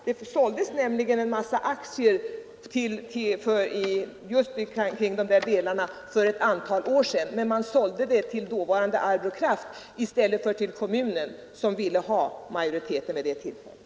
Det såldes nämligen en massa aktier just här för ett antal år sedan, men man sålde dem till dåvarande Arbråkraft i stället för till kommunen, som ville köpa aktierna vid det tillfället